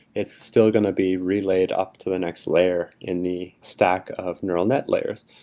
it's still going to be relayed up to the next layer in the stack of neural net layers.